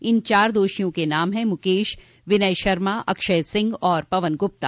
इन चार दोषियों के नाम हैं मुकेश विनय शर्मा अक्षय सिंह और पवन गुप्ता